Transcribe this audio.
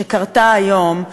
שקרתה היום,